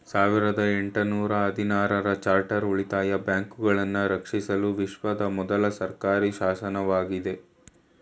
ಸಾವಿರದ ಎಂಟು ನೂರ ಹದಿನಾರು ರ ಚಾರ್ಟರ್ ಉಳಿತಾಯ ಬ್ಯಾಂಕುಗಳನ್ನ ರಕ್ಷಿಸಲು ವಿಶ್ವದ ಮೊದ್ಲ ಸರ್ಕಾರಿಶಾಸನವಾಗೈತೆ